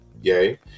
yay